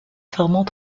formant